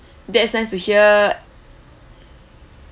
that's nice to hear